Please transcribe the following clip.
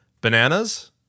Bananas